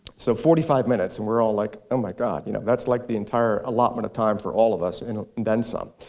so, forty five minutes, and we're all like, oh my god. you know that's like the entire allotment of time for all of us, and then some.